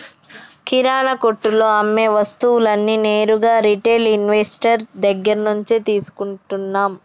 కిరణా కొట్టులో అమ్మే వస్తువులన్నీ నేరుగా రిటైల్ ఇన్వెస్టర్ దగ్గర్నుంచే తీసుకుంటన్నం